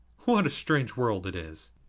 what a strange world it is!